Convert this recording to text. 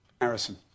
Harrison